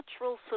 natural